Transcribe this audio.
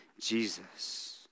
Jesus